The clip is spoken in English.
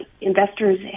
Investors